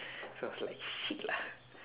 so I was like shit lah